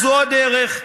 זו הדרך,